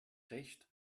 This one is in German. recht